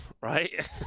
right